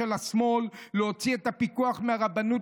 ה'רפורמה' של השמאל להוציא את הפיקוח מהרבנות